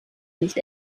nicht